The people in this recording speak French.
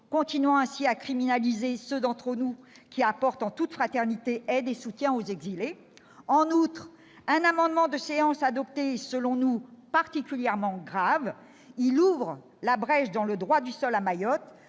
continuant ainsi à criminaliser ceux d'entre nous qui apportent en toute fraternité aide et soutien aux exilés. Un amendement adopté est, selon nous, particulièrement grave : il ouvre une brèche dans le droit du sol à Mayotte.